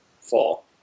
fall